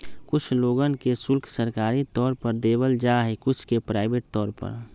कुछ लोगन के शुल्क सरकारी तौर पर देवल जा हई कुछ के प्राइवेट तौर पर